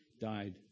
died